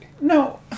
No